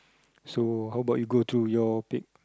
so how about you go to your pic